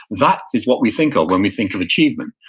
that is what we think of when we think of achievement.